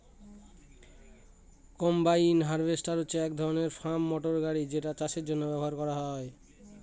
combine harvester হচ্ছে এক ধরনের ফার্ম মটর গাড়ি যেটা চাষের জন্য ব্যবহার করা হয়